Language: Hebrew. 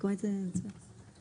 נכון, על זה אנחנו מדברים,